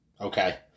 Okay